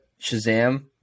Shazam